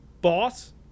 boss